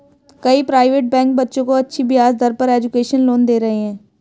कई private bank बच्चों को अच्छी ब्याज दर पर एजुकेशन लोन दे रहे है